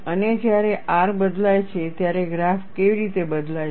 અને જ્યારે R બદલાય છે ત્યારે ગ્રાફ કેવી રીતે બદલાય છે